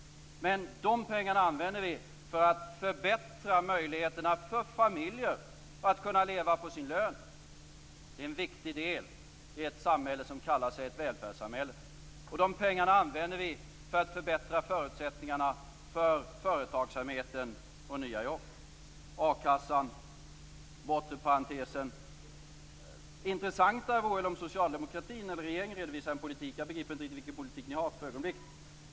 De pengarna använder vi för att förbättra möjligheterna för familjer att leva på sin lön. Det är en viktig del i ett samhälle som kallar sig ett välfärdssamhälle. De pengarna använder vi för att förbättra förutsättningarna för företagsamheten och nya jobb, akassan, bortre parentesen. Intressantare vore det om regeringen redovisade en politik. Jag begriper inte riktigt vilken politik ni har för ögonblicket.